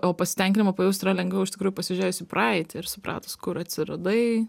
o pasitenkinimą pajaust yra lengviau iš tikrųjų pasižiūrėjus į praeitį ir supratus kur atsiradai